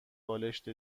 بالشت